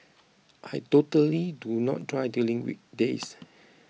I totally do not drive during weekdays